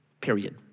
period